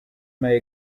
may